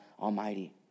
Almighty